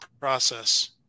process